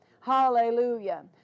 hallelujah